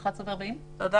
(היו"ר יעקב אשר, 11:31) קארין, תודה